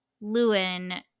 Lewin